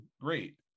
great